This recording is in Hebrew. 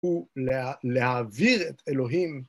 ולהעביר את אלוהים.